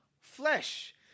flesh